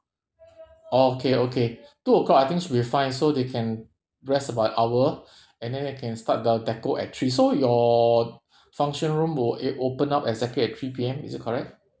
okay okay two o'clock I think should be fine so they can rest about hour and then they can start the decor at three so your function room will err open up exactly at three P_M is it correct